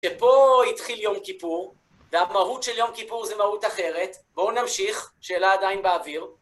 שפה התחיל יום כיפור, והמהות של יום כיפור זה מהות אחרת. בואו נמשיך, שאלה עדיין באוויר.